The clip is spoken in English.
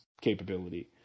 capability